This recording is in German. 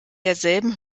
derselben